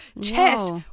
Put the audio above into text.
chest